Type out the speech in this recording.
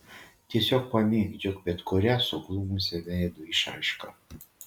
tiesiog pamėgdžiok bet kurią suglumusią veido išraišką